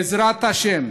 בעזרת השם,